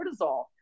cortisol